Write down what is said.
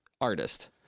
artist